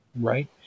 right